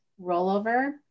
rollover